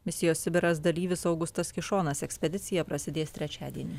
misijos sibiras dalyvis augustas kišonas ekspedicija prasidės trečiadienį